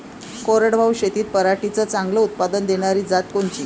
कोरडवाहू शेतीत पराटीचं चांगलं उत्पादन देनारी जात कोनची?